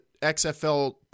XFL